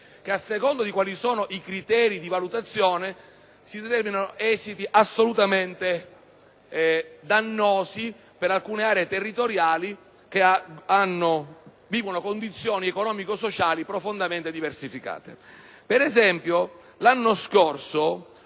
atenei, poiché, in base ai criteri di valutazione adottati, si determinano esiti assolutamente dannosi per quelle areeterritoriali che vivono condizioni economico‑sociali profondamente diversificate. Per esempio, l'anno scorso,